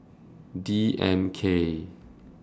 D M K